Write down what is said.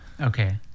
Okay